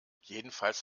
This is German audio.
jedenfalls